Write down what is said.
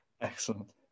excellent